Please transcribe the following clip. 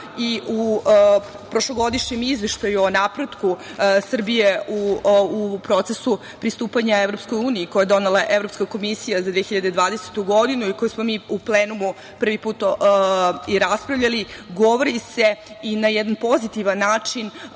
U prošlogodišnjem izveštaju o napretku Srbije u procesu pristupanja EU, koju je donela Evropska komisija za 2020. godinu i koju smo mi u plenumu prvi put i raspravljali, govori se i na jedan pozitivan način